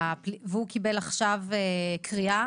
והוא קיבל עכשיו קריאה